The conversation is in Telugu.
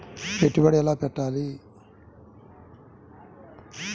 పెట్టుబడి ఎలా పెట్టాలి?